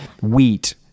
wheat